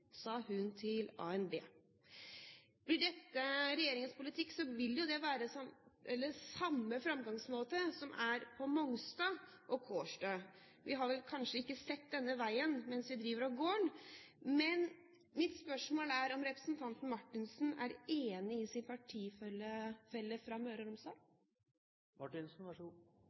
sa til ANB: «Veien må bli til mens vi går. Det må være lov å være utålmodig.» Blir dette regjeringens politikk, vil det jo være den samme framgangsmåten som har vært valgt på Mongstad og Kårstø. Vi har vel kanskje ikke sett denne veien mens vi driver og går den, men mitt spørsmål er om representanten Marthinsen er enig med sin partifelle fra Møre og